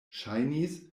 ŝajnis